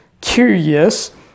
curious